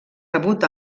rebut